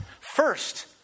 first